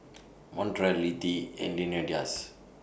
Montrell Littie and Leonidas